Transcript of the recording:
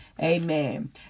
Amen